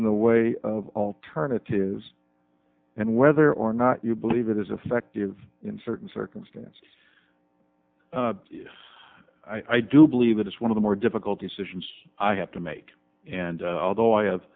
the way of alternatives and whether or not you believe it is effective in certain circumstances i do believe it is one of the more difficult decisions i have to make and although i have